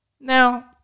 Now